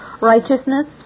righteousness